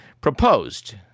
proposed